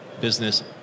business